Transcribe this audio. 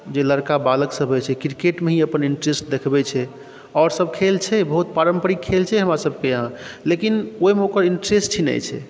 जे लड़का बालक सब होइ छै किरकेटमे ही अपन इन्टरेस्ट देखबै छै आओर सब खेल छै बहुत पारम्परिक खेल छै हमरा सबके यहाँ लेकिन ओहिमे ओकर इन्टरेस्ट ही नहि छै